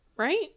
right